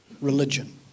Religion